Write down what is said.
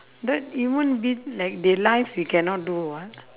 but human being like they life we cannot do [what]